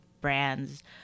brands